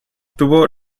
tuvo